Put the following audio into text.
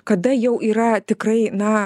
kada jau yra tikrai na